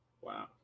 Wow